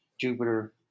Jupiter